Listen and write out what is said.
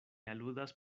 aludas